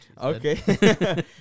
Okay